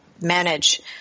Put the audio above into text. manage